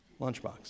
Lunchbox